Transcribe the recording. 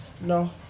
No